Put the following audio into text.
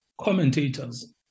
commentators